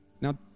Now